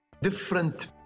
different